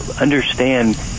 understand